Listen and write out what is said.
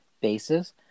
bases